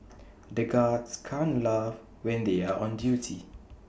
the guards can't laugh when they are on duty